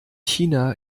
china